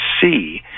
see